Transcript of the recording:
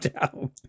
down